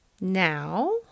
Now